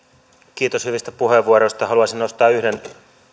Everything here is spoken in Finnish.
kiitos hyvistä puheenvuoroista haluaisin nostaa yhden